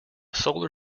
solar